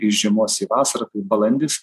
iš žiemos į vasarą tai balandis